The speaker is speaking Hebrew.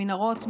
המנהרות,